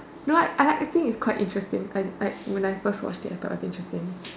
no like I think it's quite interesting like like when I first watched it I thought it's quite interesting